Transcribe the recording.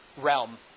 realm